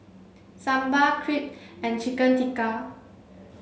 Sambar Crepe and Chicken Tikka